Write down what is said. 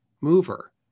mover